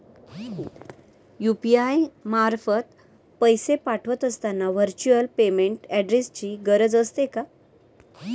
UPI मार्फत पैसे पाठवत असताना व्हर्च्युअल पेमेंट ऍड्रेसची गरज असते का?